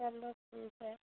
चलो ठीक है